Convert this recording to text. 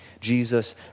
Jesus